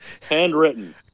Handwritten